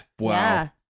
Wow